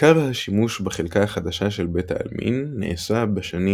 עיקר השימוש בחלקה החדשה של בית העלמין נעשה בשנים